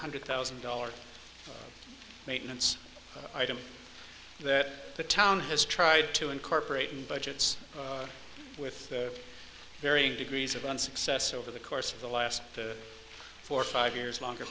hundred thousand dollars maintenance item that the town has tried to incorporate in budgets with varying degrees of unsuccess over the course of the last four or five years longer